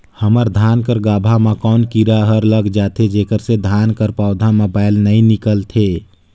हमर धान कर गाभा म कौन कीरा हर लग जाथे जेकर से धान कर पौधा म बाएल नइ निकलथे?